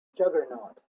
juggernaut